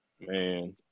Man